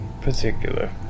particular